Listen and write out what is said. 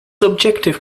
objective